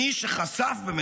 מי ש"חשף"